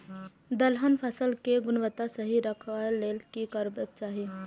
दलहन फसल केय गुणवत्ता सही रखवाक लेल की करबाक चाहि?